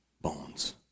bones